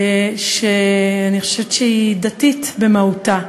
שאני חושבת שהיא דתית במהותה.